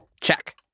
Check